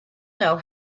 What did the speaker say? know